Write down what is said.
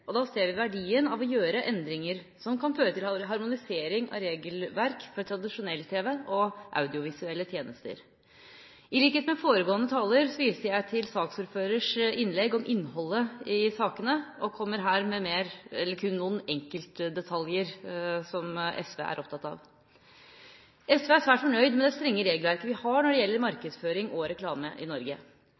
og da ser vi verdien av å gjøre endringer som kan føre til harmonisering av regelverk for tradisjonell tv og audiovisuelle tjenester. I likhet med foregående taler viser jeg til saksordførerens innlegg om innholdet i sakene, og kommer her kun med noen enkeltdetaljer som SV er opptatt av. SV er svært fornøyd med det strenge regelverket vi har når det gjelder markedsføring og reklame i Norge.